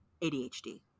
ADHD